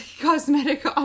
cosmetic